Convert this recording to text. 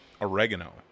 oregano